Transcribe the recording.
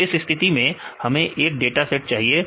तो इस स्थिति में हमें एक डाटा सेट चाहिए